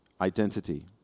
identity